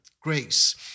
grace